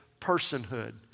personhood